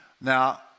Now